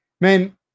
Man